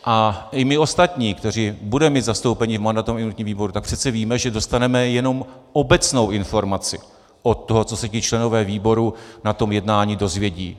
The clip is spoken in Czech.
A i my ostatní, kteří budeme mít zastoupení v mandátovém a imunitním výboru, tak přece víme, že dostaneme jenom obecnou informaci od toho, co se ti členové výboru na tom jednání dozvědí.